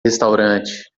restaurante